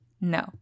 No